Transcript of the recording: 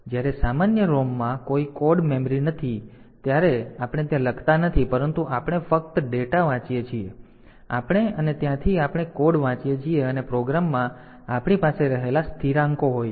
તેથી જ્યારે સામાન્ય ROM માં કોઈ કોડ મેમરી નથી ત્યારે આપણે ત્યાં લખતા નથી પરંતુ આપણે ફક્ત ડેટા વાંચીએ છીએ આપણે અને ત્યાંથી આપણે કોડ વાંચીએ છીએ અને પ્રોગ્રામમાં આપણી પાસે રહેલા સ્થિરાંકો હોય છે